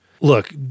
Look